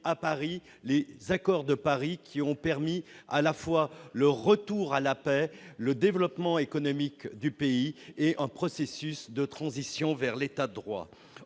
France, les accords de Paris, qui ont permis à la fois le retour à la paix, le développement économique du pays et un processus de transition vers l'État de droit.